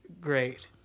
great